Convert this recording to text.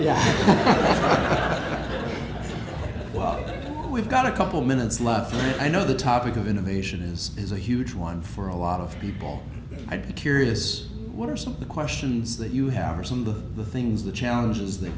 yeah well we've got a couple minutes left i know the topic of innovation is is a huge one for a lot of people i'd be curious what are some of the questions that you have are some of the things the challenges that